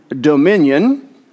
dominion